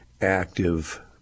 active